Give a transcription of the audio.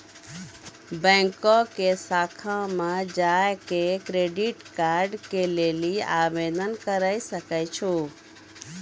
बैंको के शाखा मे जाय के क्रेडिट कार्ड के लेली आवेदन करे सकै छो